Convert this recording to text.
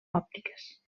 òptiques